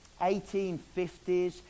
1850s